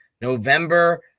November